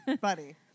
Buddy